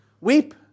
Weep